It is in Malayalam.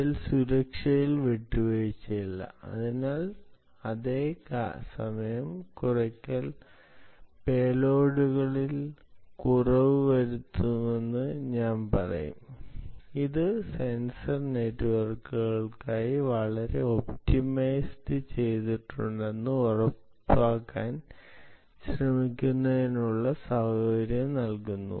അതിനാൽ സുരക്ഷയിൽ വിട്ടുവീഴ്ചയില്ല എന്നാൽ അതേ സമയം കുറയ്ക്കൽ പേലോഡുകളിൽ കുറവു വരുത്തുമെന്ന് ഞാൻ പറയും ഇത് സെൻസർ നെറ്റ്വർക്കുകൾക്കായി വളരെ ഒപ്റ്റിമൈസ് ചെയ്തിട്ടുണ്ടെന്ന് ഉറപ്പാക്കാൻ ശ്രമിക്കുന്നതിനുള്ള സൌകര്യം നൽകുന്നു